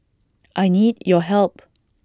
I need your help